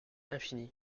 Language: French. infini